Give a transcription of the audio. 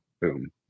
Boom